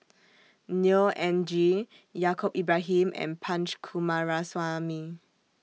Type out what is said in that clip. Neo Anngee Yaacob Ibrahim and Punch Coomaraswamy